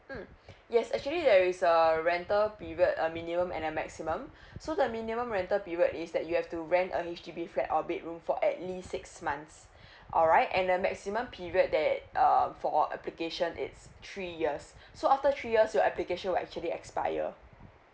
mm yes actually there is a rental period a minimum and a maximum so the minimum rental period is that you have to rent a H_D_B flat or bedroom for at least six months alright and the maximum period that um for all application it's three years so after three years your application will actually expire